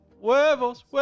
Huevos